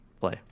play